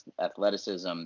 athleticism